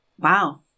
Wow